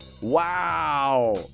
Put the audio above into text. Wow